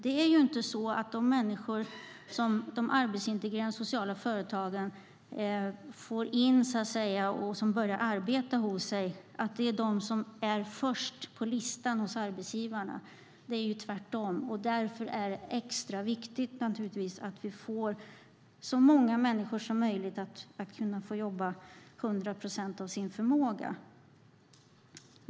Det är inte så att det är de människor som de arbetsintegrerande sociala företagen så att säga får in och hos vilka dessa människor börjar arbeta som står först på listan hos arbetsgivarna - tvärtom. Därför är det extra viktigt att få så många människor som möjligt att kunna jobba 100 procent av sin förmåga.